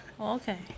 okay